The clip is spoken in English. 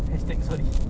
hashtag sorry